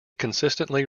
consistently